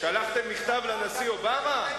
שלחתם מכתב לנשיא אובמה?